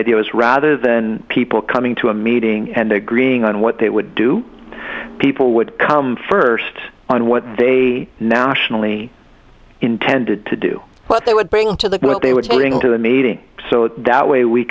idea was rather than people coming to a meeting and agreeing on what they would do people would come first on what they nationally intended to do what they would bring to the what they would bring to the meeting so that way we